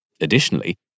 Additionally